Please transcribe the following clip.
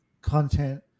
content